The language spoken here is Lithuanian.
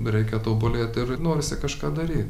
reikia tobulėt ir norisi kažką daryt